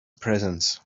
presence